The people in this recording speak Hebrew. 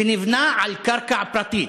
שנבנה על קרקע פרטית,